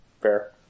Fair